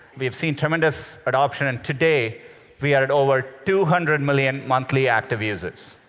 we have seen tremendous adoption, and today we are at over two hundred million monthly active users.